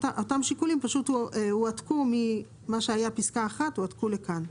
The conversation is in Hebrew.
אותם שיקולים הועתקו ממה שהיה בפסקה (1) לכאן.